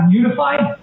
unified